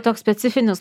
toks specifinis